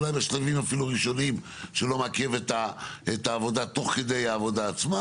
אולי בשלבים אפילו ראשוניים שלא מעכב את העבודה תוך כדי העבודה עצמה.